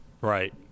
Right